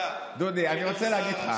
דודי, אני רוצה להגיד לך.